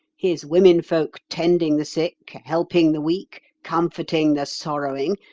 his womenfolk tending the sick, helping the weak, comforting the sorrowing,